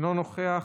אינו נוכח,